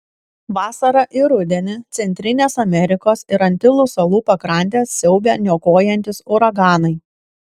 vasarą ir rudenį centrinės amerikos ir antilų salų pakrantes siaubia niokojantys uraganai